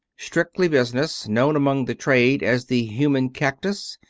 strictly business. known among the trade as the human cactus.